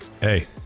Hey